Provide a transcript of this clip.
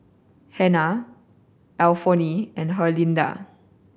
Hannah Alphonso and Herlinda